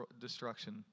destruction